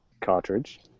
cartridge